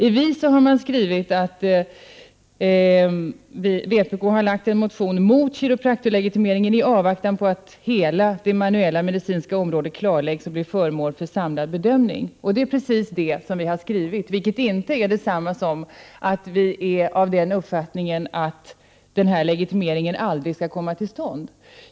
I Vi har man skrivit att vpk har väckt en motion mot kiropraktorlegitimering i avvaktan på att hela det manuella medicinska området klarläggs och blir föremål för en samlad bedömning. Det är precis vad vi har skrivit, vilket inte är detsamma som att vi är av den uppfattningen att denna legitimering aldrig skall komma till stånd.